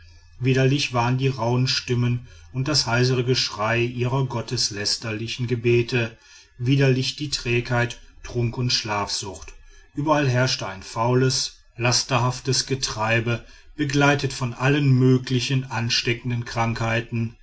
widerlich waren die rauhen stimmen und das heisere geschrei ihrer gotteslästerlichen gebete widerlich die trägheit trunk und schlafsucht überall herrschte ein faules lasterhaftes getreibe begleitet von allen möglichen ansteckenden krankheiten